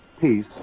Peace